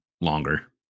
longer